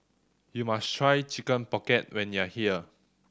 you must try Chicken Pocket when you are here